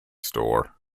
store